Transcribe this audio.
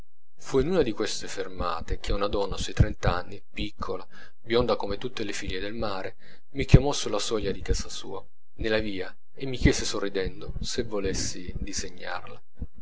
in una di queste fermate che una donna sui trent'anni piccola bionda come tutte le figlie del mare mi chiamò sulla soglia di casa sua nella via e mi chiese sorridendo se volessi disegnarla